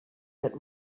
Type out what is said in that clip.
that